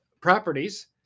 properties